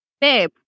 babe